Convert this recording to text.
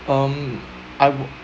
um I will